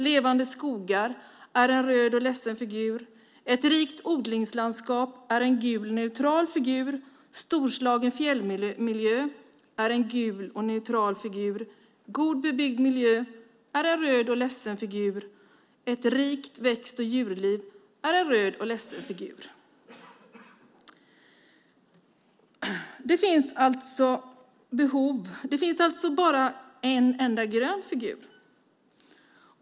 Levande skogar - där är det en röd och ledsen figur. Ett rikt odlingslandskap - där är det en gul neutral figur. Storslagen fjällmiljö - där är det en gul neutral figur. God bebyggd miljö - där är det en röd ledsen figur. Ett rikt växt och djurliv - där är det en röd ledsen figur. Det finns alltså behov. Det finns bara en enda grön figur.